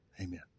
Amen